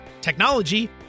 technology